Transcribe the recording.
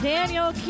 Daniel